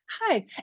hi